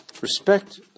Respect